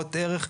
ניירות ערך.